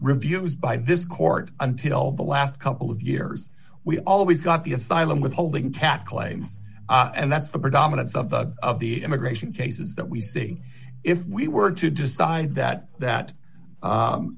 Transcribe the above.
reviews by this court until the last couple of years we always got the asylum withholding tat claims and that's the predominance of the of the immigration cases that we see if we were to decide that that